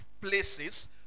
places